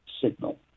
signal